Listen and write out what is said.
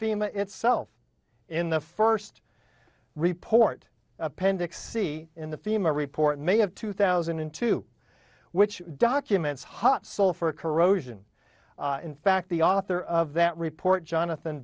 fema itself in the first report appendix c in the fema report may have two thousand and two which documents hot sulphur corrosion in fact the author of that report jonathan